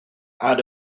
out